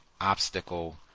obstacle